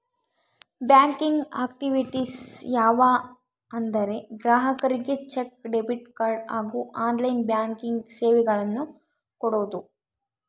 banking activities ಯಾವ ಅಂದರೆ ಗ್ರಾಹಕರಿಗೆ ಚೆಕ್, ಡೆಬಿಟ್ ಕಾರ್ಡ್ ಹಾಗೂ ಆನ್ಲೈನ್ ಬ್ಯಾಂಕಿಂಗ್ ಸೇವೆಗಳನ್ನು ಕೊಡೋದು